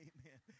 Amen